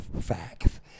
facts